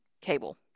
cable